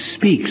Speaks